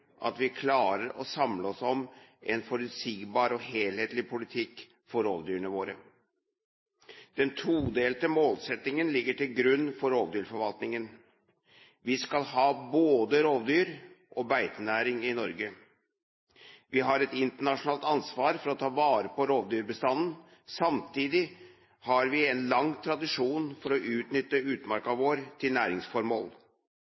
at vi klarer å samle oss om en forutsigbar og helhetlig politikk for rovdyrene våre. Den todelte målsettingen ligger til grunn for rovdyrforvaltningen. Vi skal ha både rovdyr og beitenæring i Norge. Vi har et internasjonalt ansvar for å ta vare på rovdyrbestanden. Samtidig har vi en lang tradisjon for å utnytte utmarka